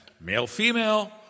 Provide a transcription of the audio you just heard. male-female